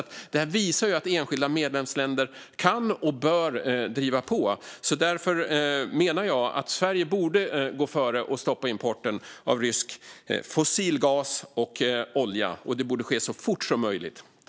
Detta visar att enskilda medlemsländer kan och bör driva på. Därför menar jag att Sverige borde gå före och stoppa importen av rysk fossil gas och olja, och det borde ske så fort som möjligt.